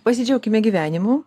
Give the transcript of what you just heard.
pasidžiaukime gyvenimu